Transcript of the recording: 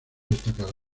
destacado